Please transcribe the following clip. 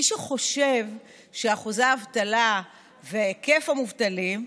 מי שחושב שאחוזי האבטלה והיקף המובטלים,